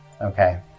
okay